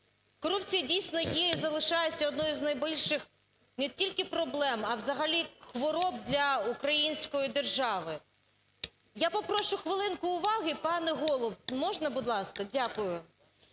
Корупція, дійсно, є і залишається однією з найбільших не тільки проблем, а взагалі хвороб для української держави. Я попрошу хвилинку уваги, пане Голово, можна, будь ласка! Дякую.